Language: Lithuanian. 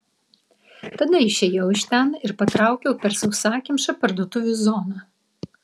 tada išėjau iš ten ir patraukiau per sausakimšą parduotuvių zoną